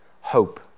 hope